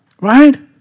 Right